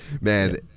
Man